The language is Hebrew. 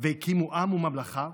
והקימו עם וממלכה,